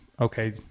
okay